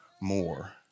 more